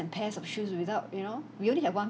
pairs of shoes without you know we only have one